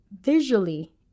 visually